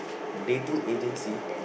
dating agency